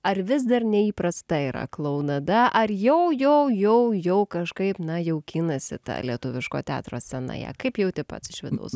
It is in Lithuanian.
ar vis dar neįprasta yra klounada ar jau jau jau jau kažkaip na jaukinasi ta lietuviško teatro scena ją kaip jauti pats iš vidaus